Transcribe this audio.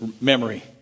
memory